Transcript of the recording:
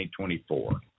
2024